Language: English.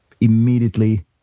immediately